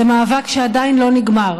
זה מאבק שעדיין לא נגמר.